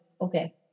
Okay